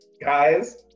Guys